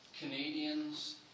Canadians